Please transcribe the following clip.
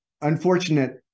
unfortunate